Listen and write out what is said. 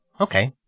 okay